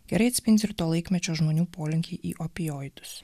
gerai atspindi ir to laikmečio žmonių polinkį į opioidus